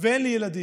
ואין לי ילדים.